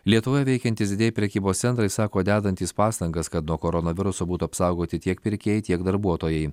lietuvoj veikiantys didieji prekybos centrai sako dedantys pastangas kad nuo koronaviruso būtų apsaugoti tiek pirkėjai tiek darbuotojai